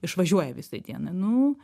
išvažiuoja visai dienai nu